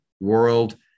world